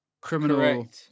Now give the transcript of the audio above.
Criminal